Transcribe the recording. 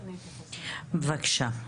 בבקשה.